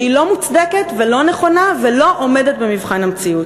שהיא לא מוצדקת ולא נכונה ולא עומדת במבחן המציאות.